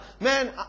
Man